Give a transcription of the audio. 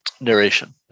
narration